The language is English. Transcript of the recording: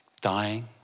dying